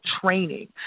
training